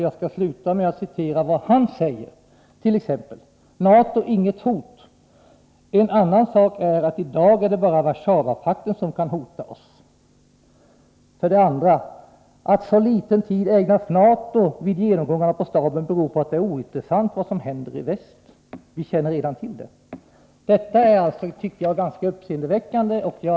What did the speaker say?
Jag skall avsluta med att citera vad han säger, t.ex. under rubriken NATO inget hot: ”En annan sak är att i dag är det bara Warszawapakten som kan hota oss.” Eller: ” Att så liten tid ägnas NATO vid genomgångarna på staben beror på att det är ointressant vad som händer i väst. Vi känner redan till det.” Detta är ganska uppseendeväckande, tycker jag.